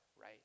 right